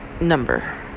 number